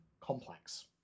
complex